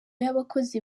y’abakozi